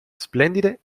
splendide